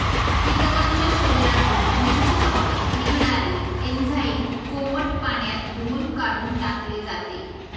कीटकांच्या शरीरातून निश्चितपणे निघणारे एन्झाईम कोमट पाण्यात धुऊन काढून टाकले जाते